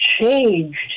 changed